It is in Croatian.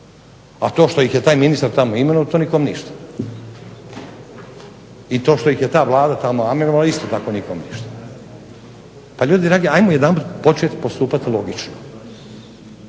A to što ih je ministar tamo imenovao to nikome ništa i to što ih je Vlada tamo imenovala isto tako ništa. Pa ljudi dragi ajmo početi postupati logično.